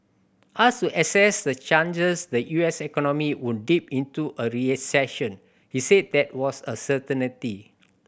asked to assess the chances the U S economy would dip into a recession he said that was a certainty